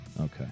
Okay